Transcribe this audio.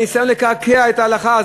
על הניסיון לקעקע את ההלכה.